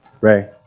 Ray